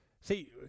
See